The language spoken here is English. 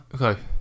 Okay